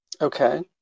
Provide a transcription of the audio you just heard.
Okay